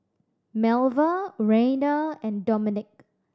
Melva Raina and Domenick